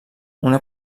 una